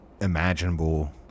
imaginable